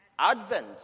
Advent